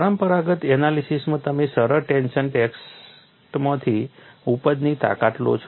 પરંપરાગત એનાલિસીસમાં તમે સરળ ટેન્શન ટેસ્ટમાંથી ઉપજની તાકાત લો છો